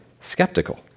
skeptical